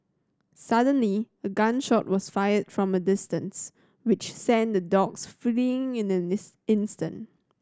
suddenly a gun shot was fired from a distance which sent the dogs fleeing in an instant